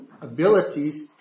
abilities